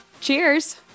Cheers